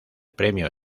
premio